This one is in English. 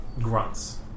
grunts